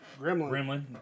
Gremlin